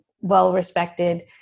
well-respected